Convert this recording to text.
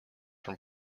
from